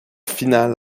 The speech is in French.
final